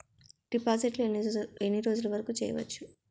డిపాజిట్లు ఎన్ని రోజులు వరుకు చెయ్యవచ్చు?